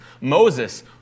Moses